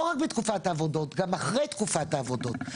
לא רק בתקופת העבודות, גם אחרי תקופת העבודות.